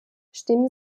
stimmen